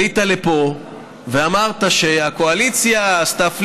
עלית לפה ואמרת שהקואליציה עשתה פליק-פלאק,